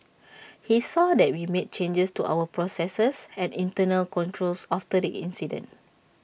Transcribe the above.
he saw that we made changes to our processes and internal controls after the incident